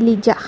eliza